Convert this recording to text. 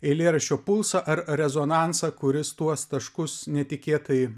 eilėraščio pulsą ar rezonansą kuris tuos taškus netikėtai